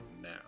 now